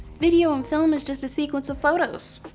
video and film is just a sequence of photos.